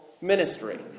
ministry